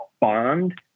bond